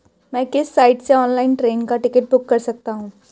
मैं किस साइट से ऑनलाइन ट्रेन का टिकट बुक कर सकता हूँ?